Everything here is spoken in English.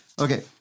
Okay